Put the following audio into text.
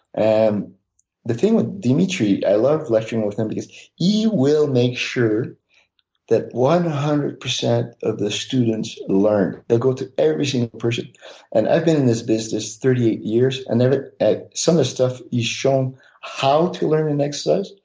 and the thing with dmitry, i love lecturing with him because he will make sure that one hundred percent of the students learn. he'll go to every single person. and i've been in this business thirty eight years and some of the stuff he's shown how to learn an exercise,